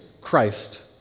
Christ